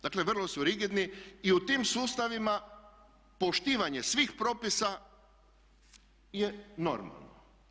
Dakle, vrlo su rigidni i u tim sustavima poštivanje svih propisa je normalno.